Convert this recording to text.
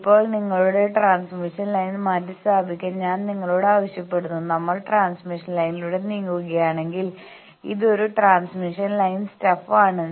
ഇപ്പോൾ നിങ്ങളുടെ transmission line മാറ്റിസ്ഥാപിക്കാൻ ഞാൻ നിങ്ങളോട് ആവശ്യപ്പെടുന്നു നമ്മൾ ട്രാൻസ്മിഷൻ ലൈനിലൂടെ നീങ്ങുകയാണെങ്കിൽ ഇതൊരു ട്രാൻസ്മിഷൻ ലൈൻ സ്റ്റഫ് ആണ്